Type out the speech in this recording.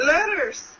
Letters